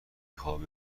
خوابی